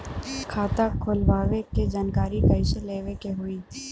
खाता खोलवावे के जानकारी कैसे लेवे के होई?